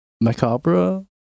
macabre